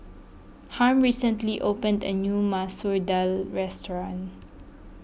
Harm recently opened a new Masoor Dal restaurant